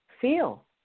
Feel